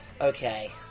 Okay